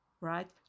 right